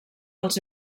als